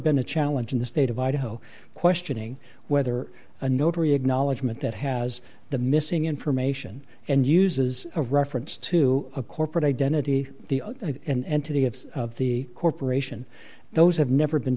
been a challenge in the state of idaho questioning whether a notary acknowledgment that has the missing information and uses a reference to a corporate identity and to the gifts of the corporation those have never been